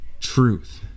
truth